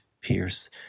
pierce